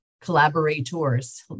collaborators